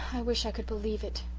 i wish i could believe it,